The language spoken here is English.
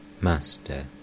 Master